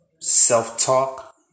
self-talk